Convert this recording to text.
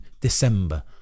December